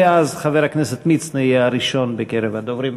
ואז חבר הכנסת מצנע יהיה הראשון בקרב הדוברים.